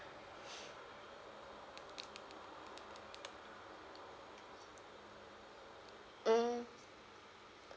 mm